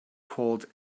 called